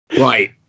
Right